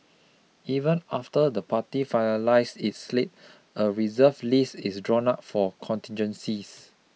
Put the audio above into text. even after the party finalises its slate a reserve list is drawn up for contingencies